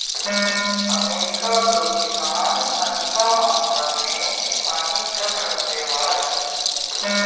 America कअ किसान अधिका मात्रा में किसानी ट्रक रखले बाड़न